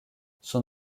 son